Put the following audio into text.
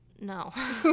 no